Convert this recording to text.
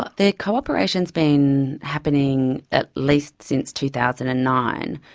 ah their cooperation has been happening at least since two thousand and nine,